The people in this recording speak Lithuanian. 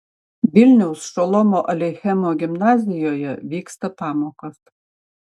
vilniaus šolomo aleichemo gimnazijoje vyksta pamokos